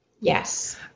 Yes